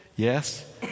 Yes